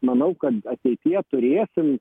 manau kad ateityje turėsim